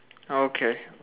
oh okay